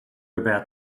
about